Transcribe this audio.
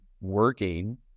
working